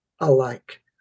alike